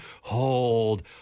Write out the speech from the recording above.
hold